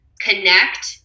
connect